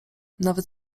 nawet